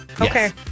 Okay